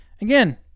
again